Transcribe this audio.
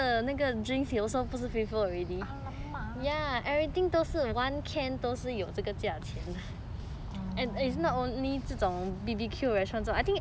alamak orh